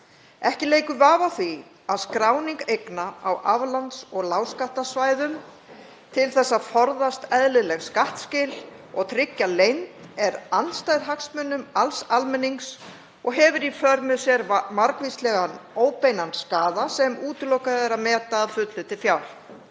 „Ekki leikur vafi á því að skráning eigna á aflands- og lágskattasvæðum til þess að forðast eðlileg skattskil og tryggja leynd er andstæð hagsmunum alls almennings og hefur í för með sér margvíslegan óbeinan skaða sem útilokað er að meta að fullu til fjár.“